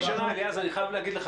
אליעז, אני חייב להגיד לך.